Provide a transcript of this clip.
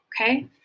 okay